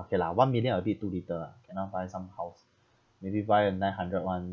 okay lah one million a bit too little ah cannot buy some house maybe buy a nine hundred one